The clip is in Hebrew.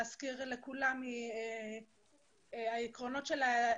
להזכיר לכולם את העקרונות שלה,